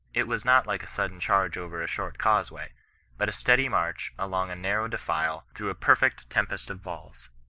it was not like a sudden charge over a short causeway but a steady march along a narrow defile, through a per fect tempest of balls.